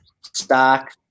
stock